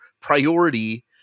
priority